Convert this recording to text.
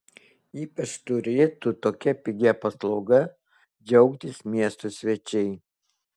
ypač turėtų tokia pigia paslauga džiaugtis miesto svečiai